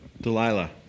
Delilah